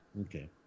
okay